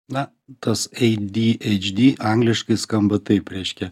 na tas adhd angliškai skamba taip reiškia